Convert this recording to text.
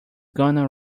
gonna